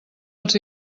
els